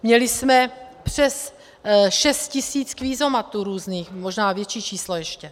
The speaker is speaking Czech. Měli jsme přes 6 tisíc kvízomatů různých, možná větší číslo ještě.